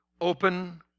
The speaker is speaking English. open